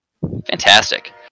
fantastic